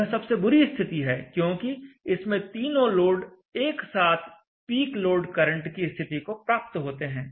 यह सबसे बुरी स्थिति है क्योंकि इसमें तीनों लोड एक साथ पीक लोड करंट की स्थिति को प्राप्त होते हैं